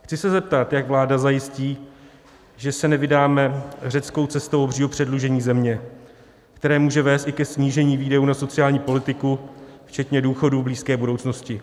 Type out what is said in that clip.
Chci se zeptat, jak vláda zajistí, že se nevydáme řeckou cestou předlužení země, které může vést i ke snížení výdajů na sociální politiku včetně důchodů v blízké budoucnosti.